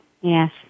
Yes